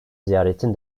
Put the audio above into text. ziyaretin